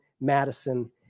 Madison